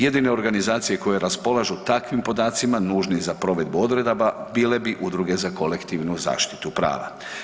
Jedine organizacije koje raspolažu takvim podacima nužnih za provedbu odredaba bile bi Udruge za kolektivnu zaštitu prava.